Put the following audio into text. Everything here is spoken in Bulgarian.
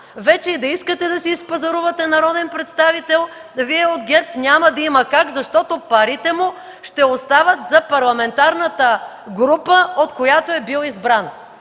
Вече и да искате да си изпазарувате народен представител, Вие от ГЕРБ, няма да има как, защото парите му ще остават за парламентарната група, от която е бил избран.